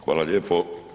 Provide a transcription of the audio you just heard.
Hvala lijepo.